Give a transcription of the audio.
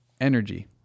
energy